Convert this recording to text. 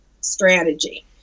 strategy